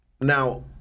now